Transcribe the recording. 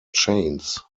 chains